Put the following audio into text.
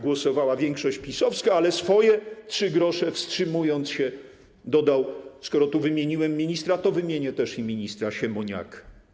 Głosowała większość PiS-owska, ale swoje trzy grosze, wstrzymując się, dodał - skoro tu wymieniłem ministra, to wymienię też jego nazwisko - minister Siemoniak.